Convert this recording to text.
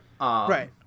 right